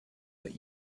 that